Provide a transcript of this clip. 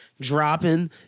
dropping